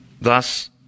Thus